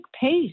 pace